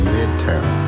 Midtown